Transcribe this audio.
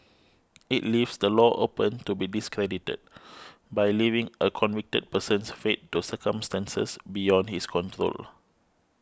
it leaves the law open to be discredited by leaving a convicted person's fate to circumstances beyond his control